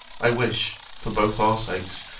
i wish, for both our sakes,